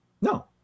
No